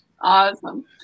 Awesome